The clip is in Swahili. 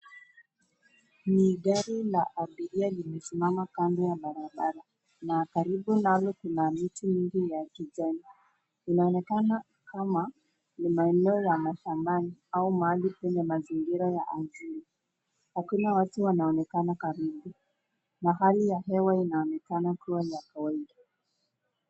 Ni gari la abiria limesimama kando ya barabara, na karibu nayo kuna miti mingi ya kijani. Inaonekana kama ni maeneo ya mashambani au mahali penye mazingira ya asili. Hakun watu wanaonekana karibu, na hali ya hewa inaonekana kuwa ya kawaida.